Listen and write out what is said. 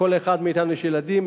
לכל אחד מאתנו יש ילדים,